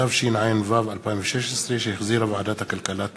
התשע"ו 2016, שהחזירה ועדת הכלכלה.